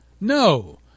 No